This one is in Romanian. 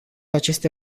aceste